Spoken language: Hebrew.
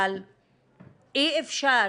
אבל אי אפשר